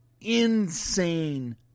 insane